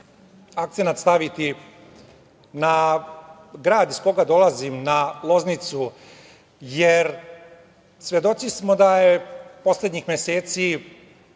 akcenat staviti na grad iz koga dolazim, na Loznicu, jer svedoci smo da su poslednjih meseci